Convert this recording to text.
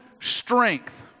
strength